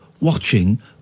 watching